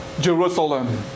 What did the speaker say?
Jerusalem